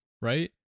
right